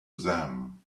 them